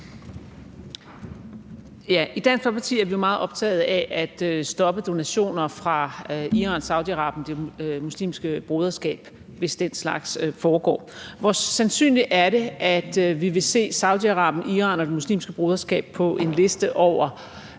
I Dansk Folkeparti er vi jo meget optaget af at stoppe donationer fra Iran, Saudi-Arabien og Det Muslimske Broderskab, hvis den slags foregår. Hvor sandsynligt er det, at vi vil se Saudi-Arabien, Iran eller Det Muslimske Broderskab på en liste over